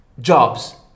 jobs